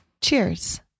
Cheers